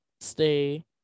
stay